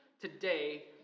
today